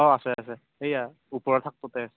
অঁ আছে আছে এইয়া ওপৰৰ ঠাকটোতে